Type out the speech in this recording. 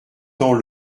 temps